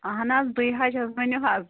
اہن حظ بے حظ چھَس ؤنِو حظ